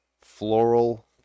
floral